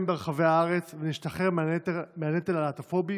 ברחבי הארץ ונשתחרר מהנטל הלהט"בופובי